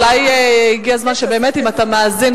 אולי הגיע הזמן שבאמת אם אתה מאזין,